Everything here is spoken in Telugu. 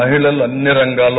మహిళలు అన్ని రంగాల్లో